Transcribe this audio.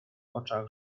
oczach